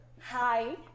Hi